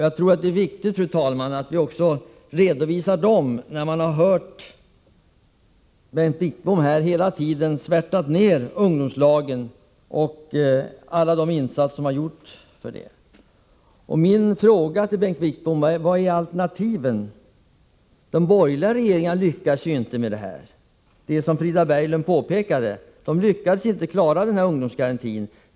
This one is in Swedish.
Jag tror att det är viktigt, fru talman, att också redovisa dem när vi har hört hur Bengt Wittbom här hela tiden har svärtat ned ungdomslagen och alla de insatser som gjorts för ungdomarna. Min fråga till Bengt Wittbom är: Vilka är alternativen? De borgerliga regeringarna lyckades ju inte lösa problemet, som Frida Berglund påpekade. De lyckades ju inte klara ungdomsgarantin.